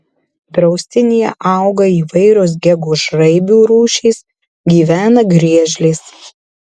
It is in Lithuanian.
draustinyje auga įvairios gegužraibių rūšys gyvena griežlės